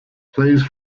please